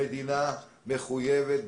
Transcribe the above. המדינה מחויבת,